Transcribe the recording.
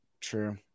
True